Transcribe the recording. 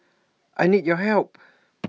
I need your help